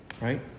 right